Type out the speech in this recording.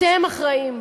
אתם אחראים.